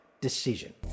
decision